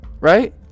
Right